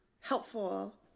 helpful